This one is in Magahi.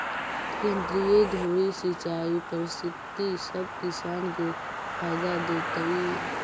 केंद्रीय धुरी सिंचाई पद्धति सब किसान के फायदा देतइ